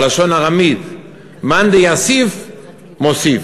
בלשון ארמית: מאן דיוסיף מוסיף,